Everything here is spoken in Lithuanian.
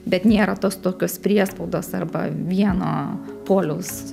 bet nėra tos tokios priespaudos arba vieno poliaus